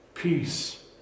peace